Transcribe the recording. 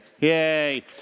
Yay